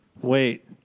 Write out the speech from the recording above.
Wait